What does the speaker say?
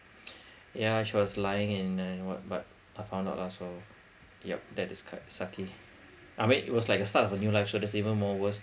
ya she was lying and uh wha~ but I found out lah so yup that is quite sucky I mean it was like the start of a new life so that's even more worse